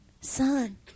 Son